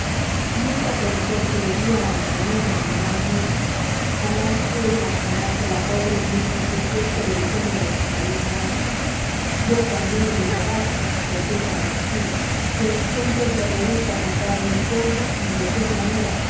nunca pensé que hería a angelina en lo más vivo jamás pude imaginar que la pobre niña supiese la historia de su infeliz madre yo también la ignoraba por culpa de mi tía quien siempre se rehusó a contarme cómo y de qué manera